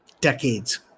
decades